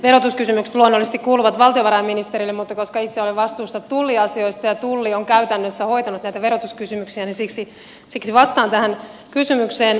verotuskysymykset luonnollisesti kuuluvat valtiovarainministerille mutta koska itse olen vastuussa tulliasioista ja tulli on käytännössä hoitanut näitä verotuskysymyksiä niin siksi vastaan tähän kysymykseen